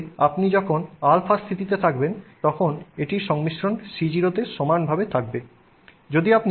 অবশেষে আপনি যখন α স্থিতিতে থাকবেন তখন এটির সংমিশ্রণ C0 তে সমানভাবে থাকবে